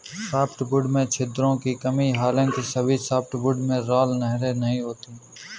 softwood में छिद्रों की कमी हालांकि सभी सॉफ्टवुड में राल नहरें नहीं होती है